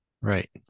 Right